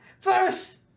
first